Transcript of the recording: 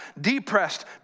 depressed